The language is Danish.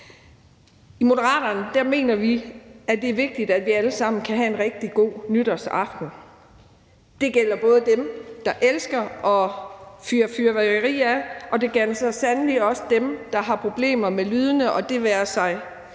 I Moderaterne mener vi, at det er vigtigt, at vi alle sammen kan have en rigtig god nytårsaften. Det gælder både dem, der elsker at fyre fyrværkeri af, og det gælder så sandelig også dem, der har problemer med lydene, det være sig